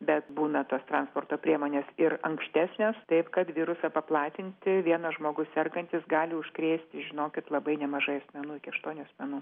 bet būna tos transporto priemonės ir ankštesnės taip kad virusą paplatinti vienas žmogus sergantis gali užkrėsti žinokit labai nemažai asmenų iki aštuonių asmenų